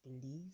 believe